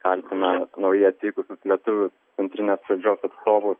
kaltina naujai atvykusius lietuvių centrinės valdžios atstovus